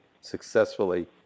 successfully